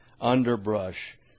underbrush